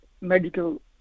medical